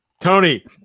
Tony